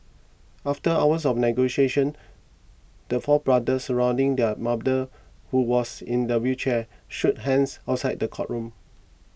after hours of negotiations the four brothers surrounding their mother who was in a wheelchair shook hands outside the courtroom